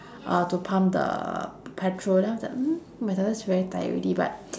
uh to pump the petrol then after that mm my daughter is already very tired already but